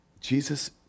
Jesus